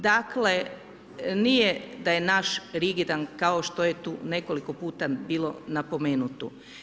Dakle nije da je naš rigidan kao što je tu nekoliko puta bilo napomenuto.